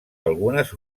algunes